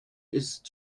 ist